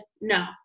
no